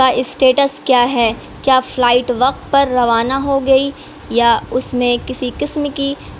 کا اسٹیٹس کیا ہے کیا فلائٹ وقت پر روانہ ہو گئی یا اس میں کسی قسم کی